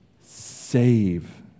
save